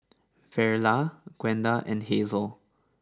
Verla Gwenda and Hazelle